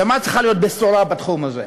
ומה צריכה להיות בשורה בתחום הזה?